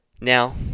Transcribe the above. Now